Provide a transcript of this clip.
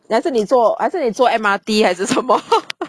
还是你还是你做坐 M_R_T 还是什么